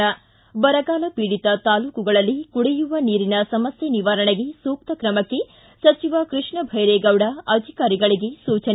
್ತಿ ಬರಗಾಲ ಪೀಡಿತ ತಾಲೂಕುಗಳಲ್ಲಿ ಕುಡಿಯುವ ನೀರಿನ ಸಮಸ್ನೆ ನಿವಾರಣೆಗೆ ಸೂಕ್ತ ಕ್ರಮಕ್ಕೆ ಸಚಿವ ಕೃಷ್ಣ ಬೈರೇಗೌಡ ಅಧಿಕಾರಿಗಳಿಗೆ ಸೂಚನೆ